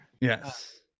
Yes